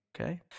Okay